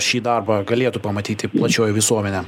šį darbą galėtų pamatyti plačioji visuomenė